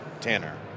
Tanner